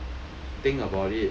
think about it